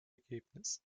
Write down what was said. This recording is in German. ergebnis